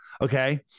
okay